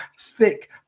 thick